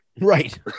Right